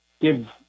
give